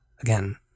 Again